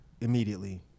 Immediately